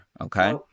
Okay